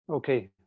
Okay